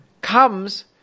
comes